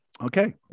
Okay